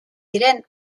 diren